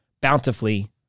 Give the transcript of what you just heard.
bountifully